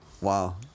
Wow